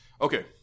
Okay